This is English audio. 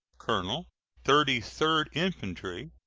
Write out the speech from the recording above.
colonel thirty-third infantry,